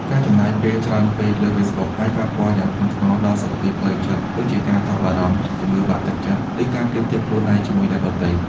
ការចំណាយពេលច្រើនពេកលើ Facebook អាច ប៉ះពាល់យ៉ាងធ្ងន់ធ្ងរដល់សុខភាពផ្លូវចិត្ត ដូចជាការថប់បារម្ភ ជំងឺបាក់ទឹកចិត្ត ឬការប្រៀបធៀបខ្លួនឯងជាមួយអ្នកដទៃ។